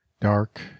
dark